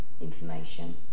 information